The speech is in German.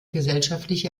gesellschaftliche